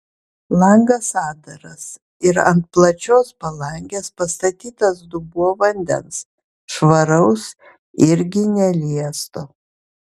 langas atdaras ir ant plačios palangės pastatytas dubuo vandens švaraus irgi neliesto